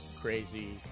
crazy